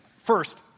First